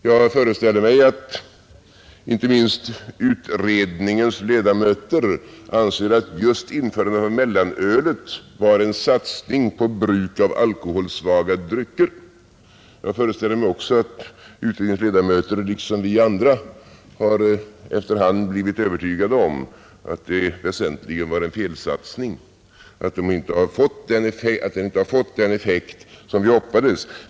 Jag föreställer mig att inte minst utredningens ledamöter anser att just införandet av mellanöl var en satsning på bruk av alkoholsvaga drycker. Jag föreställer mig också att utredningens ledamöter liksom vi andra efter hand har blivit övertygade om att detta väsentligen var en felsatsning, att den inte har fått den effekt som vi hoppades på.